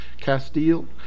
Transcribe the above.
Castile